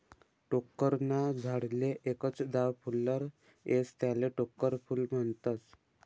टोक्कर ना झाडले एकच दाव फुल्लर येस त्याले टोक्कर फूल म्हनतस